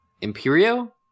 Imperio